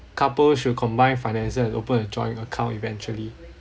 couples should combine finances open a joint account eventually